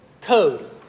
code